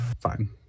fine